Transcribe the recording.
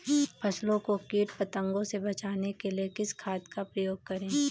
फसलों को कीट पतंगों से बचाने के लिए किस खाद का प्रयोग करें?